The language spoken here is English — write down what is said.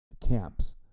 camps